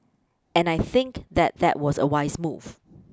and I think that that was a wise move